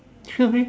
should be